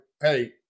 Hey